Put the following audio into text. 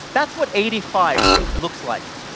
that's what eighty five looks like.